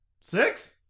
Six